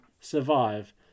survive